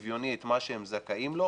שוויוני את מה שהם זכאים לו,